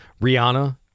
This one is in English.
Rihanna